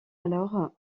alors